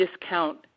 discount